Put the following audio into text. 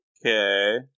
Okay